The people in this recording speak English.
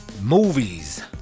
movies